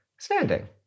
standing